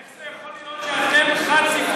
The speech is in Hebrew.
איך זה יכול להיות שאתם חד-ספרתי?